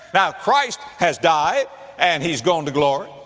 now christ has died and he's gone to glory.